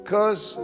Cause